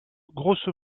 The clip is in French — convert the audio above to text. grosso